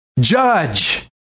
judge